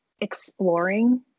exploring